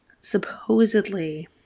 supposedly